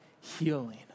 healing